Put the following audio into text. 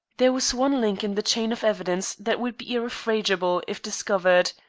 there was one link in the chain of evidence that would be irrefragable if discovered.